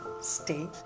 stay